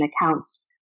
accounts